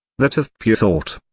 that of pure thought.